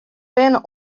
binne